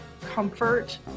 comfort